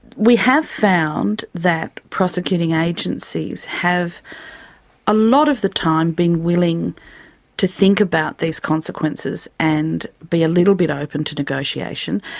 we have found that prosecuting agencies have a lot of the time been willing to think about these consequences and be a little bit open to negotiation,